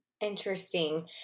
Interesting